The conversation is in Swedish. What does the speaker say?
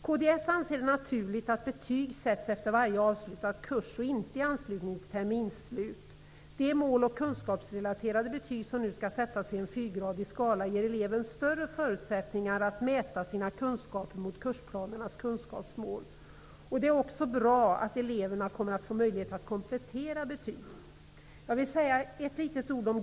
Kds anser att det är naturligt att betyg sätts efter varje avslutad kurs, inte i anslutning till terminsslut. De mål och kunskapsrelaterade betyg som nu skall sättas i en fyrgradig skala ger eleven större förutsättningar att mäta sina kunskaper mot kursplanernas kunskapsmål. Det är bra att eleverna kommer att få möjlighet att komplettera betyg.